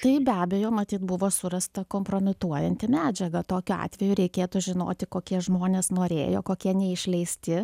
tai be abejo matyt buvo surasta kompromituojanti medžiaga tokiu atveju reikėtų žinoti kokie žmonės norėjo kokie neišleisti